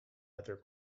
other